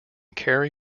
carry